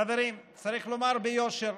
חברים, צריך לומר ביושר,